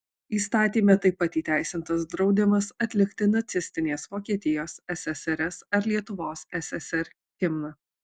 įstatyme taip pat įteisintas draudimas atlikti nacistinės vokietijos ssrs ar lietuvos ssr himną